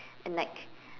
and like